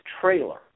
trailer